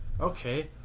Okay